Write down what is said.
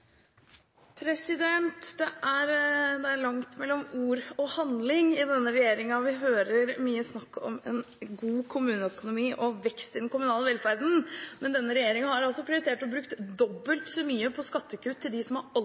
langt mellom ord og handling i denne regjeringen. Vi hører mye snakk om en god kommuneøkonomi og vekst i den kommunale velferden, men denne regjeringen har prioritert å bruke dobbelt så mye på skattekutt til dem som har aller